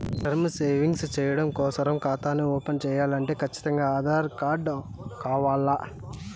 term savings చెయ్యడం కోసరం కాతాని ఓపన్ చేయాలంటే కచ్చితంగా ఆధార్ కార్డు కావాల్ల